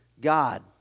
God